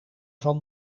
van